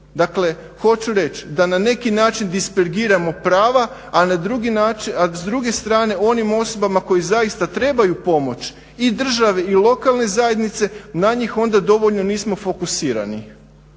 Dakle, hoću reći da na neki način dispergiramo prava, a s druge strane onim osobama koji zaista trebaju pomoć i države i lokalne zajednice na njih onda dovoljno nismo fokusirani.